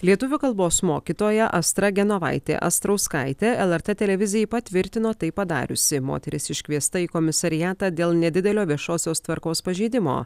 lietuvių kalbos mokytoja astra genovaitė astrauskaitė lrt televizijai patvirtino tai padariusi moteris iškviesta į komisariatą dėl nedidelio viešosios tvarkos pažeidimo